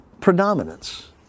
predominance